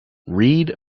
reid